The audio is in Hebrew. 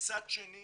מצד שני